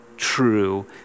true